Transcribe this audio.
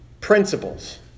principles